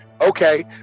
okay